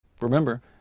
Remember